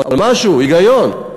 אבל משהו, היגיון.